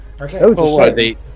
Okay